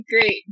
great